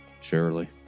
Surely